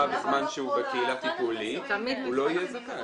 בזמן שהוא בקהילה טיפולית הוא לא יהיה זכאי.